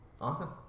awesome